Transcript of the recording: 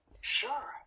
Sure